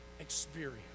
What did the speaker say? experience